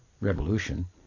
revolution